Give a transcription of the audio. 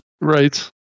Right